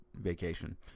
vacation